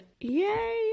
yay